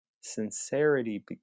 Sincerity